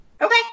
Okay